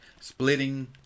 splitting